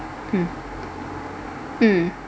mm mm